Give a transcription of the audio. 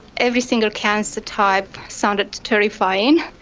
every single cancer type sounded terrifying.